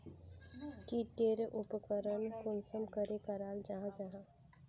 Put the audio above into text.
की टेर उपकरण कुंसम करे कराल जाहा जाहा?